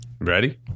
Ready